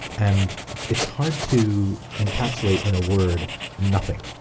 and it's hard to encapsulate in a word nothing.